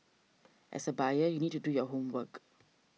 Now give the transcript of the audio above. as a buyer you need to do your homework